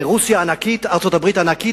רוסיה ענקית וארצות-הברית ענקית,